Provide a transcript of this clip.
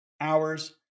hours